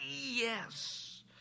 Yes